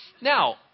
Now